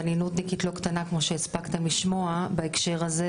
ואני נודניקית לא קטנה כמו שהספקתם לשמוע בהקשר הזה,